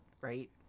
right